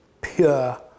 pure